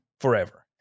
forever